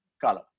color